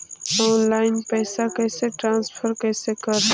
Online पैसा कैसे transfer कैसे कर?